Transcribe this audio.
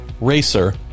Racer